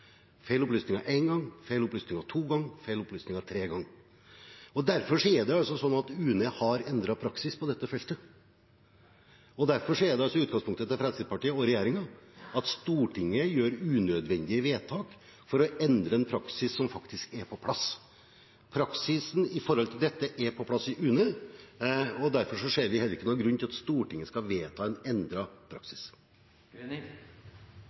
to ganger eller tre ganger. Derfor har UNE endret praksis på dette feltet, og derfor er det utgangspunktet til Fremskrittspartiet og regjeringen at Stortinget gjør unødvendige vedtak for å endre en praksis som faktisk er på plass. Praksis når det gjelder dette, er på plass i UNE, og derfor ser vi heller ingen grunn til at Stortinget skal vedta